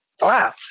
Wow